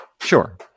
Sure